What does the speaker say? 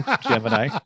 Gemini